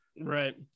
Right